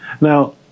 Now